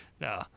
No